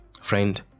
friend